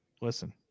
Listen